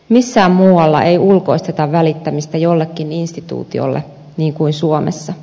missään muualla ei ulkoisteta välittämistä jollekin instituutiolle niin kuin suomessa